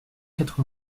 quatre